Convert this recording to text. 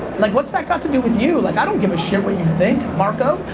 like what's that got to do with you? like i don't give a shit what you think, marco!